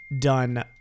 done